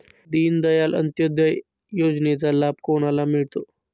दीनदयाल अंत्योदय योजनेचा लाभ कोणाला मिळतो?